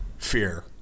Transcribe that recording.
Fear